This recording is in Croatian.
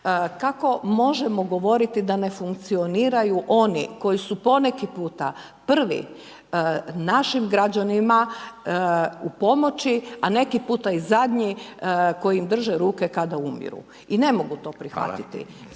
Kako možemo govoriti da ne funkcioniraju oni koji su poneki puta prvi našim građanima u pomoći, a neki puta i zadnji kojim im drže ruke kada umiru i ne mogu to prihvatiti…/Upadica: